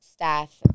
staff